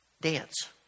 dance